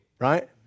right